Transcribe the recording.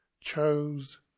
chose